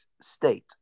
State